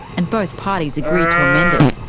and both parties agreed to amend it.